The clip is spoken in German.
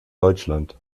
deutschland